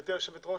גברתי היושבת ראש,